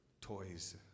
toys